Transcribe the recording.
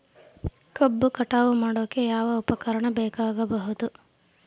ಕಬ್ಬು ಕಟಾವು ಮಾಡೋಕೆ ಯಾವ ಉಪಕರಣ ಬೇಕಾಗಬಹುದು?